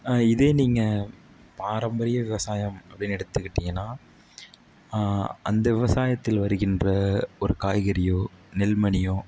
இதே நீங்கள் பாரம்பரிய விவசாயம் அப்படின்னு எடுத்துக்கிட்டிங்கனால் அந்த விவசாயத்தில் வருகின்ற ஒரு காய்கறியோ நெல் மணியோ